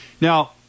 Now